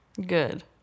Good